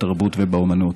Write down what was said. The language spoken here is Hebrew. בתרבות ובאומנות.